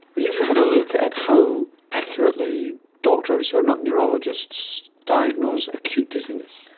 you've had a look at how accurately doctors who are not neurologists diagnose acute dizziness.